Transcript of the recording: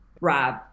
Rob